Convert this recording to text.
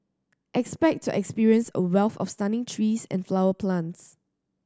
expect to experience a wealth of stunning trees and flowers plants